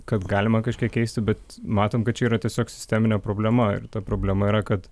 kad galima kažkiek keisti bet matom kad čia yra tiesiog sisteminė problema ir ta problema yra kad